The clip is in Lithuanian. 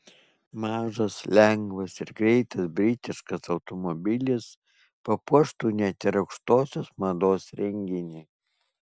mažas lengvas ir greitas britiškas automobilis papuoštų net ir aukštosios mados renginį